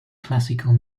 classical